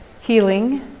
healing